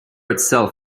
itself